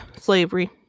slavery